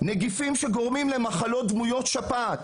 שנגיפים שגורמים למחלות דמויות שפעת